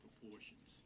proportions